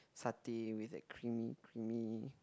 satay with a creamy creamy